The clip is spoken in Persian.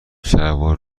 شلوار